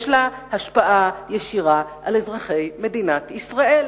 יש לה השפעה ישירה על אזרחי מדינת ישראל,